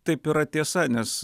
taip yra tiesa nes